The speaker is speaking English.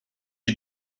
you